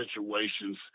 situations